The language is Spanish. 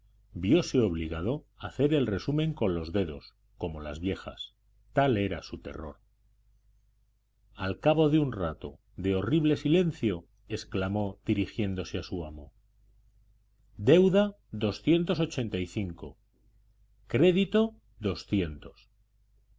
muerte viose obligado a hacer el resumen con los dedos como las viejas tal era su terror al cabo de un rato de horrible silencio exclamó dirigiéndose a su amo deuda crédito es decir añadió garcía de paredes doscientos ochenta y cinco muertos y doscientos